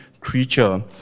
creature